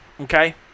Okay